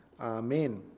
Amen